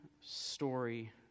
story